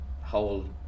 whole